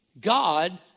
God